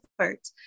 effort